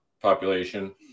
population